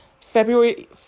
February